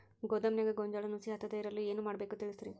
ಗೋದಾಮಿನ್ಯಾಗ ಗೋಂಜಾಳ ನುಸಿ ಹತ್ತದೇ ಇರಲು ಏನು ಮಾಡಬೇಕು ತಿಳಸ್ರಿ